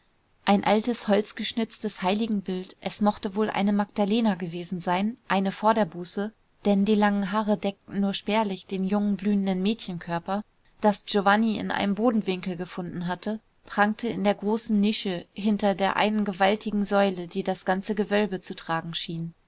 ein altes holzgeschnitztes heiligenbild es mochte wohl eine magdalena gewesen sein eine vor der buße denn die langen haare deckten nur spärlich den jungen blühenden mädchenkörper das giovanni in einem bodenwinkel gefunden hatte prangte in der großen nische hinter der einen gewaltigen säule die das ganze gewölbe zu tragen schien